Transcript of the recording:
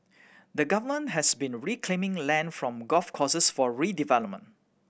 the Government has been reclaiming land from golf courses for redevelopment